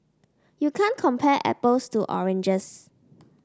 you can't compare apples to oranges